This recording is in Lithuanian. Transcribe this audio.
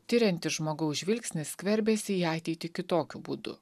tiriantis žmogaus žvilgsnis skverbiasi į ateitį kitokiu būdu